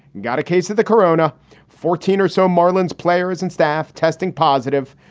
got a case of the corona fourteen or so marlins players and staff testing positive,